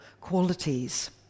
qualities